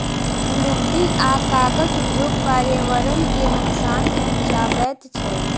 लुगदी आ कागज उद्योग पर्यावरण के नोकसान पहुँचाबैत छै